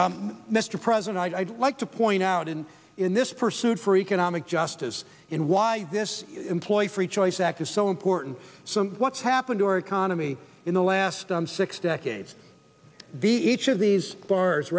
mr president i'd like to point out and in this pursuit for economic justice in why this employee free choice act is so important so what's happened to our economy in the last six decades be each of these bars